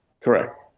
correct